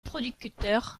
producteur